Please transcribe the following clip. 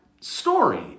story